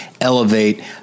elevate